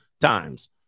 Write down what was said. times